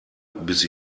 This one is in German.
bis